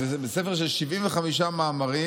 וזה ספר של 75 מאמרים,